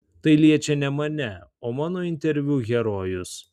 tai liečia ne mane o mano interviu herojus